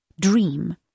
dream